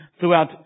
Throughout